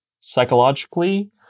psychologically